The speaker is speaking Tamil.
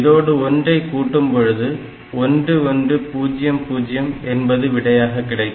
இதனோடு ஒன்றை கூட்டும் பொழுது 1100 என்பது விடையாக கிடைக்கும்